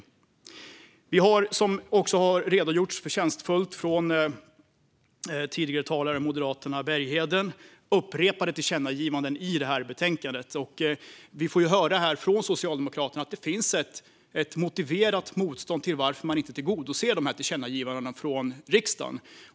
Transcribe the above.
Som tidigare talare, Moderaternas Bergheden, förtjänstfullt har redogjort för har vi upprepade förslag till tillkännagivanden i betänkandet. Vi får från Socialdemokraterna höra motiven till det motstånd som finns mot förslagen, och de talar om varför regeringen inte tillgodoser dessa tillkännagivanden från riksdagen.